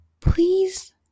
please